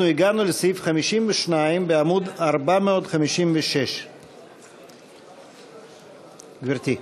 אנחנו הגענו לסעיף 52 בעמוד 456. גברתי.